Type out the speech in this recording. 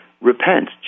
repent